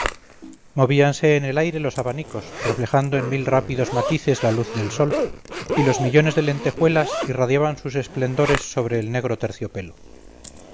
movíanse en el aire los abanicos reflejando en mil rápidos matices la luz del sol y los millones de lentejuelas irradiaban sus esplendores sobre el negro terciopelo